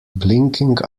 blinking